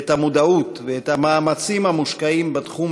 את המודעוּת ואת המאמצים המושקעים בתחום